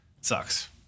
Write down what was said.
sucks